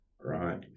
right